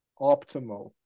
optimal